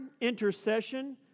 intercession